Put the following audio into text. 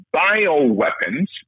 bioweapons